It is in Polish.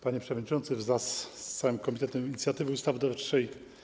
Panie Przewodniczący wraz z Całym Komitetem Inicjatywy Ustawodawczej!